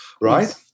right